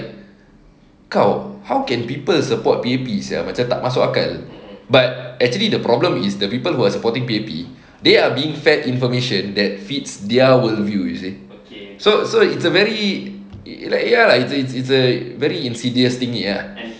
kau how can people just support P_A_P sia macam tak masuk akal but actually the problem is the people who are supporting P_A_P they are being fed information that fits their worldview you see okay so so it's a very like ya lah usually it's either very insidious thingy ah